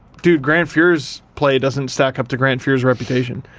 dude, grant fuhr's play doesn't stack up to grant fuhr's reputation.